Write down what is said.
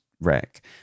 wreck